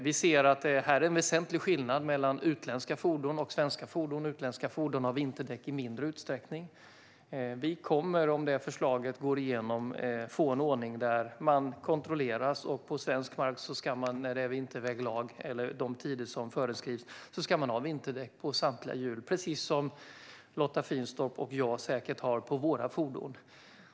Vi ser att här är det en väsentlig skillnad mellan utländska fordon och svenska fordon: Utländska fordon har i mindre utsträckning vinterdäck. Vi kommer, om det här förslaget går igenom, att få en ordning där man kontrolleras. På svensk mark ska man när det är vinterväglag, eller de tider som föreskrivs, ha vinterdäck på samtliga hjul, precis som Lotta Finstorp och jag säkert har på våra fordon.